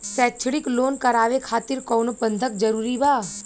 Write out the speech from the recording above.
शैक्षणिक लोन करावे खातिर कउनो बंधक जरूरी बा?